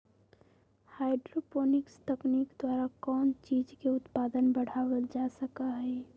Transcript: hydroponics तकनीक द्वारा कौन चीज के उत्पादन बढ़ावल जा सका हई